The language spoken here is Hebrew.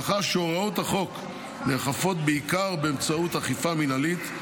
מאחר שהוראות החוק נאכפות בעיקר באמצעות אכיפה מינהלית,